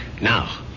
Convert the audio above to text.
now